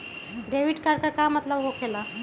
Debit card के का मतलब होकेला?